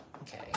Okay